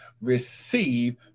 receive